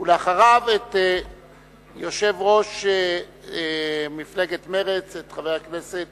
ואחריו, את יושב-ראש מפלגת מרצ, חבר הכנסת